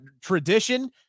tradition